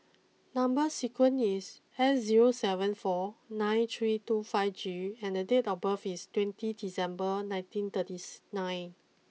number sequence is S zero seven four nine three two five G and date of birth is twenty December nineteen thirtieth nine